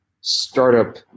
startup